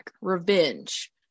revenge